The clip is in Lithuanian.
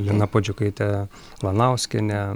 lina puodžiukaitė lanauskienė